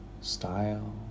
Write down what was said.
style